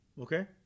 Okay